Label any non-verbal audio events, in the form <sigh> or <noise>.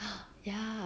<breath> ya